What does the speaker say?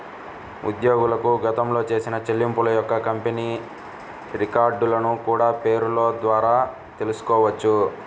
ఉద్యోగులకు గతంలో చేసిన చెల్లింపుల యొక్క కంపెనీ రికార్డులను కూడా పేరోల్ ద్వారా తెల్సుకోవచ్చు